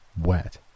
wet